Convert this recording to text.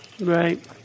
Right